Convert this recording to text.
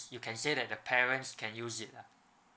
you can say that their parents can use it lah